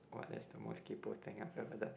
what is the most kaypoh I've ever done